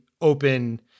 open